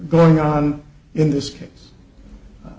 going on in this case